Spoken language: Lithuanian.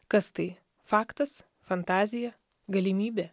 kas tai faktas fantazija galimybė